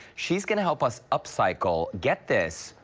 she's going help us upcycle get this.